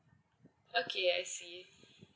okay I see